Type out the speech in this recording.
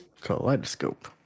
kaleidoscope